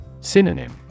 Synonym